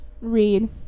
read